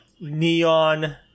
neon